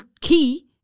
key